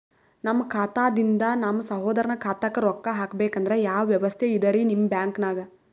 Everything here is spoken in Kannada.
ನಮ್ಮ ಖಾತಾದಿಂದ ನಮ್ಮ ಸಹೋದರನ ಖಾತಾಕ್ಕಾ ರೊಕ್ಕಾ ಹಾಕ್ಬೇಕಂದ್ರ ಯಾವ ವ್ಯವಸ್ಥೆ ಇದರೀ ನಿಮ್ಮ ಬ್ಯಾಂಕ್ನಾಗ?